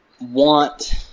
want